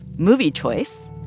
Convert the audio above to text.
movie choice,